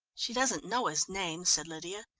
she doesn't know his name, said lydia.